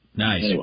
Nice